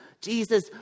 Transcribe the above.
Jesus